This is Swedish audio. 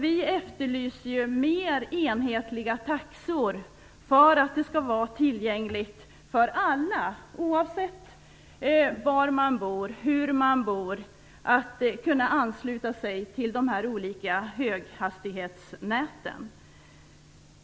Vi efterlyser mer enhetliga taxor för att det skall vara tillgängligt för alla, oavsett var man bor eller hur man bor, att kunna ansluta sig till de olika höghastighetsnäten.